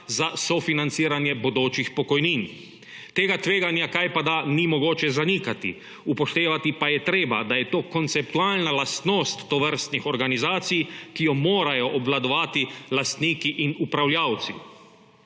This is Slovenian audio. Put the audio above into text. za sofinanciranje bodočih pokojnin. Tega tveganja kajpada ni mogoče zanikati, upoštevati pa je treba, da je to konceptualna lastnost tovrstnih organizacij, ki jo morajo obvladovati lastniki in upravljalci.